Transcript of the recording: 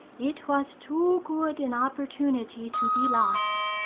it was too good an opportunity to be lost.